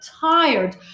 tired